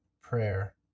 prayer